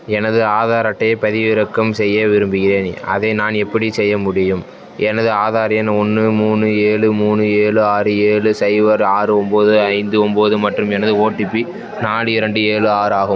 எனது ஆதார் அட்டையை பதிவிறக்கம் செய்ய விரும்புகிறேன் அதை நான் எப்படிச் செய்ய முடியும் எனது ஆதார் எண் ஒன்று மூணு ஏழு மூணு ஏழு ஆறு ஏழு சைபர் ஆறு ஒம்பது ஐந்து ஒம்பது மற்றும் எனது ஓடிபி நாலு இரண்டு ஏழு ஆறு ஆகும்